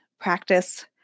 practice